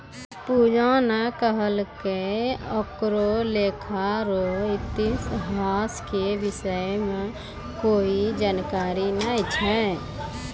पूजा ने कहलकै ओकरा लेखा रो इतिहास के विषय म कोई जानकारी नय छै